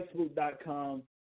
Facebook.com